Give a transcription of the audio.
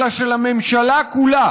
אלא של הממשלה כולה,